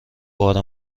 بار